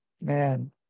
man